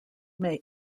may